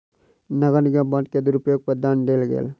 नगर निगम बांड के दुरूपयोग पर दंड देल गेल